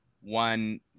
one